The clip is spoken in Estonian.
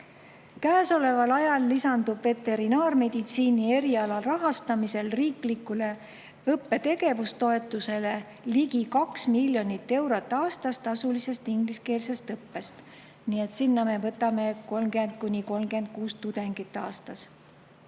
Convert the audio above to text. ajal lisandub veterinaarmeditsiini eriala rahastamisel riiklikule õppetegevustoetusele ligi 2 miljonit eurot aastas tasulisest ingliskeelsest õppest. Nii et sinna me võtame 30–36 tudengit aastas.